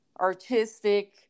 artistic